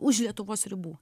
už lietuvos ribų